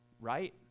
Right